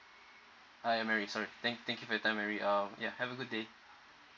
ah ya mary thank thank you for your time mary um yeah have a good day